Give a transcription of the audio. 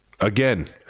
Again